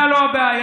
אתה לא הבעיה.